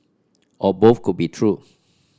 or both could be true